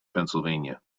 pennsylvania